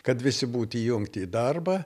kad visi būti įjungti į darbą